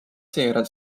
seejärel